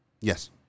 Yes